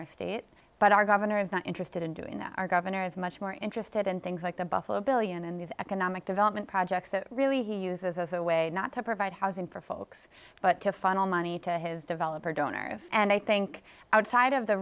our state but our governor is not interested in doing that our governor is much more interested in things like the buffalo one billion and these economic element projects that really he uses as a way not to provide housing for folks but to funnel money to his developer donors and i think outside of the